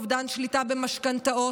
אובדן שליטה במשכנתאות,